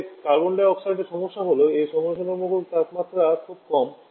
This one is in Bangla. তবে কার্বন ডাই অক্সাইডের সমস্যা হল এর সমালোচনামূলক তাপমাত্রা খুব কম